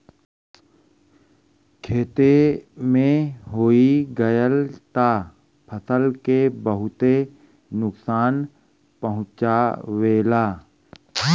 खेते में होई गयल त फसल के बहुते नुकसान पहुंचावेला